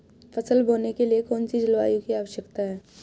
फसल बोने के लिए कौन सी जलवायु की आवश्यकता होती है?